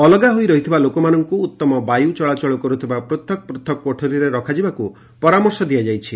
ଅଲଗା ହୋଇ ରହିଥିବା ଲୋକମାନଙ୍କୁ ଉତ୍ତମ ବାୟ ଚଳାଚଳ କର୍ତ୍ତିବା ପୃଥକ ପ୍ରଥକ କୋଠରୀରେ ରଖାଯିବାକୁ ପରାମର୍ଶ ଦିଆଯାଇଛି